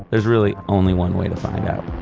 there's really only one way to find out,